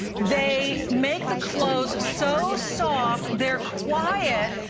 they make the close so soft, they are quiet.